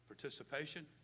participation